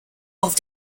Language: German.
auf